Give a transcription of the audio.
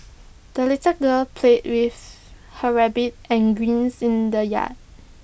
the little girl played with her rabbit and greens in the yard